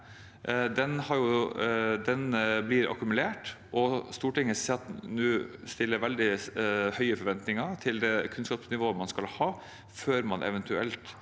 blir akkumulert, og Stortinget har veldig høye forventninger til det kunnskapsnivået man skal ha før man eventuelt